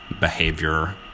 behavior